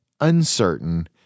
uncertain